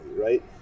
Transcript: Right